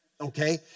okay